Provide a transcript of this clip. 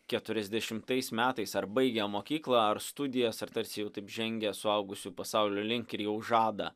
keturiasdešimtais metais ar baigę mokyklą ar studijas ar tarsi jau taip žengę suaugusių pasaulio link ir jau žada